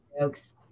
jokes